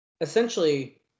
essentially